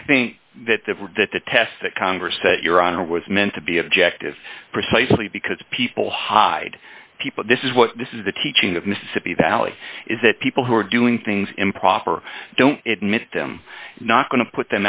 i think that the that the test that congress said your honor was meant to be objective precisely because people hide people this is what this is the teaching of mississippi valley is that people who are doing things improper don't admit i'm not going to put